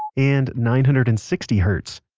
and nine hundred and sixty hertz.